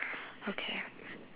okay